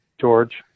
George